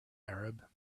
arab